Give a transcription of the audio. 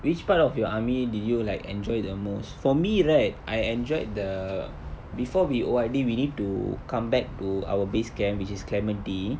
which part of your army did you like enjoy the most for me right I enjoyed the before we O_R_D we need to come back to our base camp which is clementi